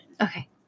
Okay